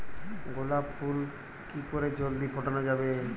গোলাপ ফুল কি করে জলদি ফোটানো যাবে?